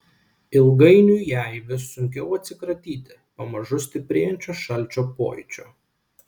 ilgainiui jai vis sunkiau atsikratyti pamažu stiprėjančio šalčio pojūčio